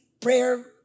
prayer